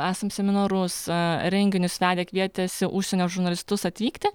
esam seminarus renginius vedę kvietęsi užsienio žurnalistus atvykti